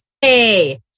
hey